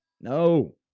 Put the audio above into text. No